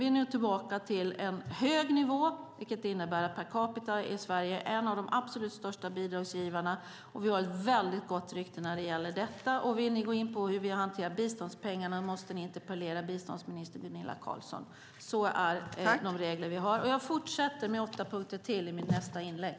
Vi är tillbaka på en hög nivå, vilket innebär att per capita är Sverige en av de största bidragsgivarna. Vi har ett gott rykte när det gäller detta. Men vill ni gå in på hur vi hanterar biståndspengarna måste ni interpellera biståndsminister Gunilla Carlsson. Sådana är våra regler. Jag fortsätter med åtta punkter till i mitt nästa inlägg.